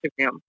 Instagram